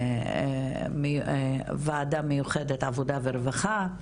ועדה מיוחדת עבודה ורווחה,